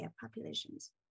populations